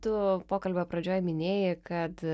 tu pokalbio pradžioj minėjai kad